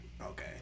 Okay